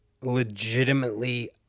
legitimately